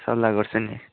सल्लाह गर्छौँ नि